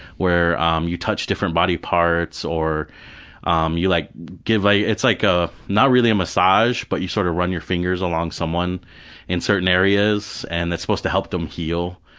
where um you touch different body parts, or um you like, give like, it's like ah not really a massage, but you sort of run your fingers along someone in certain areas and it's supposed to help them heal.